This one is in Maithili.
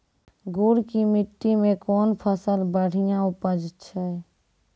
गुड़ की मिट्टी मैं कौन फसल बढ़िया उपज छ?